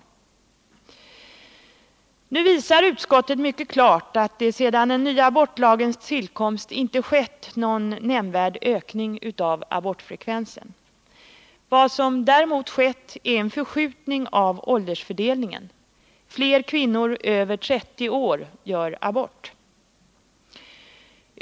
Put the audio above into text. Nu visar utskottet mycket klart att det sedan den nya abortlagens tillkomst inte har skett någon nämnvärd ökning av abortfrekvensen. Vad som har skett är en förskjutning av åldersfördelningen — fler kvinnor över 30 år gör abort.